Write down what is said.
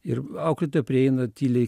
ir auklėtoja prieina tyliai